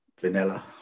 vanilla